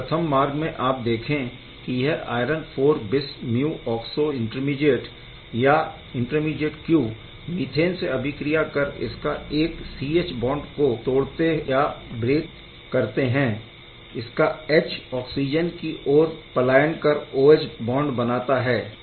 इस प्रथम मार्ग में आप देखे कि यह iron IV bis mu oxo intermediate या इंटरमीडीएट Q मीथेन से अभिक्रिया कर इसका एक C H बॉन्ड को तोड़ते या ब्रेक करते है और इसका H ऑक्सिजन की ओर पलायन कर OH बॉन्ड बनाता है